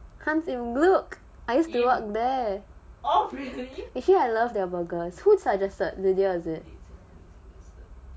hans im gluck I used to work there all three actually I love their burgers who suggested lydia as it